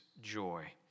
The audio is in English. joy